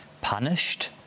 punished